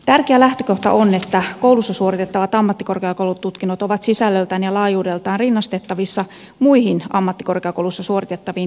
tärkeä lähtökohta on että koulussa suoritettavat ammattikorkeakoulututkinnot ovat sisällöltään ja laajuudeltaan rinnastettavissa muihin ammattikorkeakouluissa suoritettaviin tutkintoihin